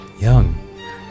young